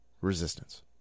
resistance